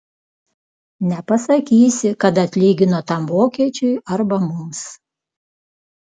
nepasakysi kad atlygino tam vokiečiui arba mums